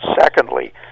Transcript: secondly